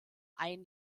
ein